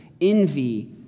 envy